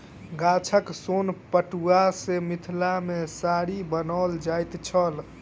गाछक सोन पटुआ सॅ मिथिला मे साड़ी बनाओल जाइत छल